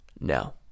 No